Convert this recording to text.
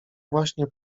właśnie